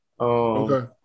okay